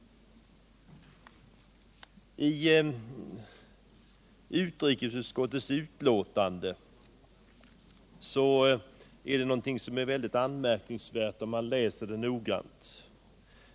I utrikesutskottets betänkande finner man något mycket anmärkningsvärt, om man läser det noggrant.